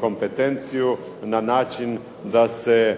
kompetenciju na način da se